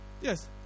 Yes